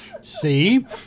see